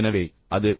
எனவே அது உங்கள் C